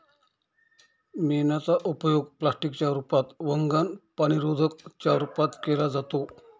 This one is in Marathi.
मेणाचा उपयोग प्लास्टिक च्या रूपात, वंगण, पाणीरोधका च्या रूपात केला जातो